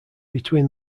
between